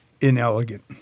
inelegant